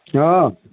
खिया